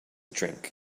drink